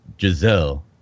Giselle